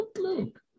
look